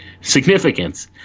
significance